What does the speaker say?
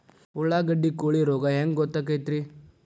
ಉಳ್ಳಾಗಡ್ಡಿ ಕೋಳಿ ರೋಗ ಹ್ಯಾಂಗ್ ಗೊತ್ತಕ್ಕೆತ್ರೇ?